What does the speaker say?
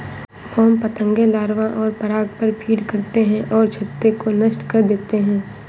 मोम पतंगे लार्वा और पराग पर फ़ीड करते हैं और छत्ते को नष्ट कर देते हैं